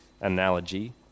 analogy